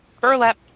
burlap